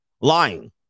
lying